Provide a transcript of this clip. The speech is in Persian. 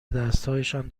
دستهایشان